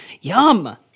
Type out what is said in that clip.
Yum